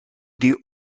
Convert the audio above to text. die